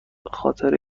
خاطر